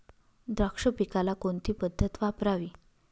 द्राक्ष पिकाला कोणती पद्धत वापरावी?